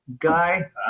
guy